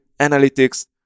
analytics